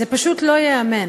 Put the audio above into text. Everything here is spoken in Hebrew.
זה פשוט לא ייאמן.